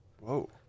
whoa